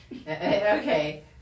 okay